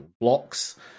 blocks